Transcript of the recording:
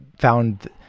found